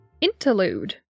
interlude